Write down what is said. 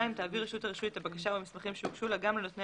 תעביר רשות הרישוי את הבקשה והמסמכים שהוגשו לה גם לנותני